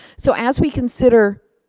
so as we consider